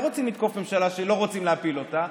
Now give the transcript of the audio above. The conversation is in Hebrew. לא רוצים לתקוף ממשלה שלא רוצים להפיל אותה,